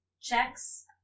checks